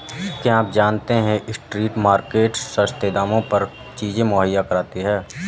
क्या आप जानते है स्ट्रीट मार्केट्स सस्ते दामों पर चीजें मुहैया कराती हैं?